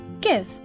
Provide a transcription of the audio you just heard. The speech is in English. Give